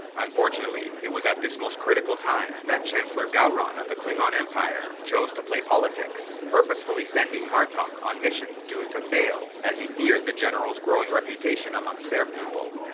unfortunately, it was at this most critical time, that chancellor gowron of the klingon empire chose to play political games, purposefully sending martok on missions doomed to fail, as he feared the general's growing reputation amongst their people.